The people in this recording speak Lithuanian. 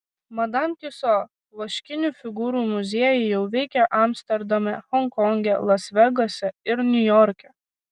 madam tiuso vaškinių figūrų muziejai jau veikia amsterdame honkonge las vegase ir niujorke